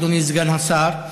אדוני סגן השר,